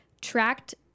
tracked